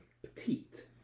petite